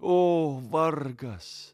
o vargas